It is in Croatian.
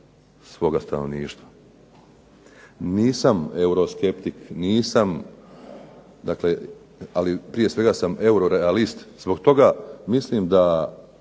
svoga stanovništva. Nisam euroskeptik, nisam dakle ali prije svega sam eurorealist. Zbog toga mislim da